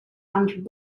and